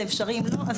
לא.